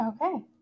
Okay